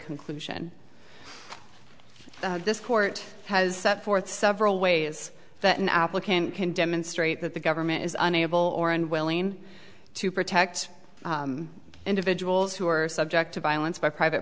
conclusion this court has set forth several ways that an applicant can demonstrate that the government is unable or unwilling to protect individuals who are subject to violence by private